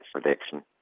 prediction